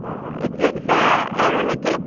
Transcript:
অঁ এতিয়া পিছে এৰো নিকি